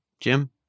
Jim